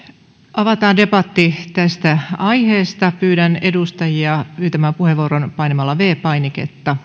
avataan debatti tästä aiheesta pyydän edustajia pyytämään puheenvuoron painamalla viides painiketta